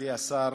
מכובדי השר,